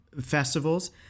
festivals